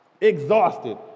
Exhausted